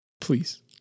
Please